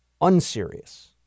unserious